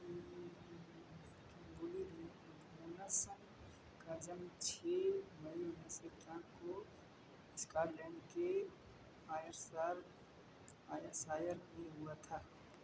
Kimberly Benson का जन्म छः मई उन्नीस सौ इक्यानवे को स्कॉटलैंड के आयरसार आयरसायर में हुआ था